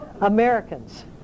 Americans